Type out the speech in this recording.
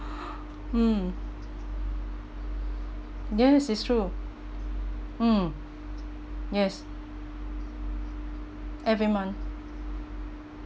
mm yes it's true mm yes every month